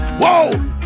Whoa